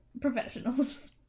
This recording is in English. professionals